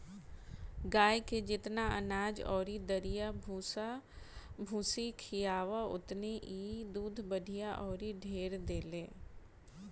गाए के जेतना अनाज अउरी दरिया भूसा भूसी खियाव ओतने इ दूध बढ़िया अउरी ढेर देले